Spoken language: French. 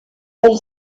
elle